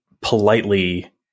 politely